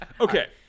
okay